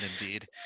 indeed